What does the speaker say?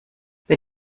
bei